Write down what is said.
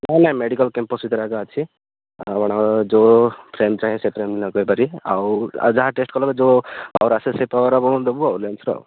ହଁ ନାଇଁ medical campus ଭିତରେ ଏକା ଅଛି ଆପଣ ଯେଉଁ ଫ୍ରେମ୍ ଚାହିଁବେ ସେଇ ଫ୍ରେମ୍ ଲଗେଇ ପାରିବେ ଆଉ ଆଉ ଯାହା ଟେଷ୍ଟ୍ କଲାପରେ ଯେଉଁ ଯାହା ରାସେସ୍ ହେଇଥିବ ଆପଣଙ୍କୁ ଦବୁ ଆଉ ଲେନ୍ସ୍ର